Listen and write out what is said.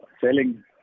selling